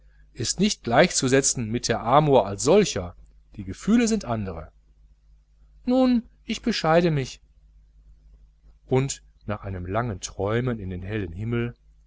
ist nicht gleichzusetzen mit der amor als solcher die gefühle sind andere nun ich bescheide mich und nach einem langen träumen in den hellen himmel